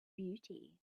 beauty